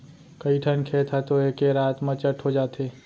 कइठन खेत ह तो एके रात म चट हो जाथे